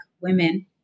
women